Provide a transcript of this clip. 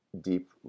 deep